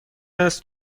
است